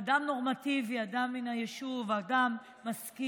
אדם נורמטיבי, אדם מן היישוב, אדם משכיל.